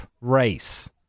race